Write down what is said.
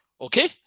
Okay